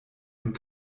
und